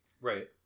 Right